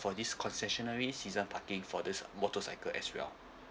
for this concessionary season parking for this motorcycle as well